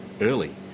early